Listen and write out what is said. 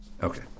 Okay